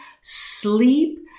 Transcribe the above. sleep